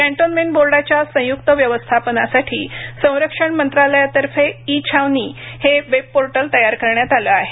cantonment बोर्डाच्या संयुक्त व्यवस्थापनासाठी संरक्षण मंत्रालयातर्फे ई छावनी हे वेबपोर्टल तयार करण्यात आलं आहे